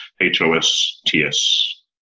H-O-S-T-S